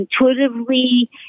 intuitively